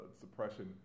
suppression